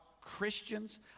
Christians